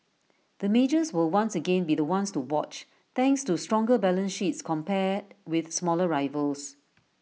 the majors will once again be the ones to watch thanks to stronger balance sheets compared with smaller rivals